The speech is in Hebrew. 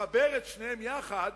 חבר את שניהם יחד,